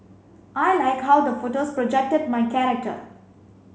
I like how the photos projected my character